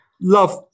Love